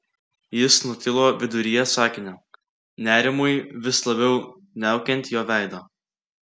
jis nutilo viduryje sakinio nerimui vis labiau niaukiant jo veidą